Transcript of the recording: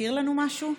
מזכיר לנו משהו?